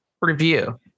review